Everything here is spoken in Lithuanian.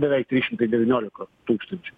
beveik trys šimtai devyniolika tūkstančių